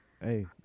Hey